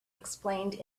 explained